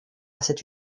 cette